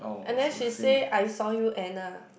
and then she say I saw you Anna